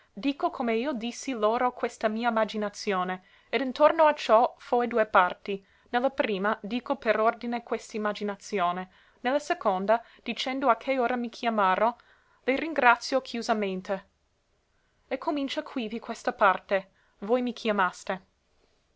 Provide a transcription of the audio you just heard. dico come io dissi loro questa mia imaginazione ed intorno a ciò foe due parti ne la prima dico per ordine questa imaginazione ne la seconda dicendo a che ora mi chiamaro le ringrazio chiusamente e comincia quivi questa parte voi mi chiamaste